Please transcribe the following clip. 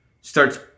Starts